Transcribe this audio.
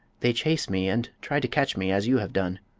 they chase me, and try to catch me, as you have done,